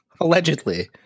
Allegedly